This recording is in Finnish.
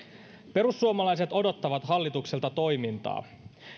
perussuomalaiset odottavat hallitukselta toimintaa